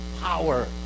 power